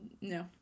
no